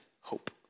hope